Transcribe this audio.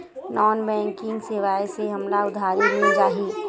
Non banking सेवाएं से हमला उधारी मिल जाहि?